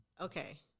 Okay